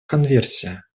конверсия